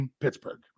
Pittsburgh